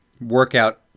workout